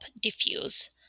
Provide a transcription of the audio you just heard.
diffuse